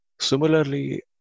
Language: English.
Similarly